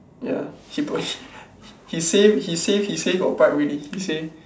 ya he push he save he save he save your pride really he say